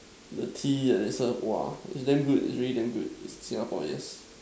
the Tea that they serve !wow! is damn good is really damn good is Singapore yes